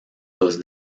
los